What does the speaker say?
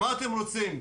מה אתם רוצים?